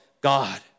God